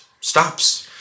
stops